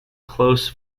close